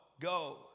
go